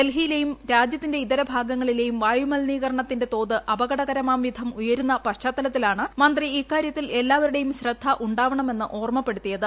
ഡൽഹിയിലെയും രാജ്യത്തിന്റെ ഇതരഭാഗങ്ങളിലെയും വായുമലിനീകരണത്തിന്റെ തോത് അപകടകരമാംവിധം ഉയരുന്ന പശ്ചാത്തലത്തിലാണ് മന്ത്രി ഇക്കാര്യത്തിൽ എല്ലാവരുടെയും ശ്രദ്ധ ഉണ്ടാവണമെന്ന് ഓർമ്മപ്പെടുത്തിയത്